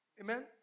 Amen